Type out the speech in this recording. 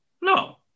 no